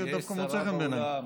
דווקא מוצא חן בעיניי.